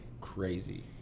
Crazy